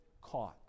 caught